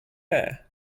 air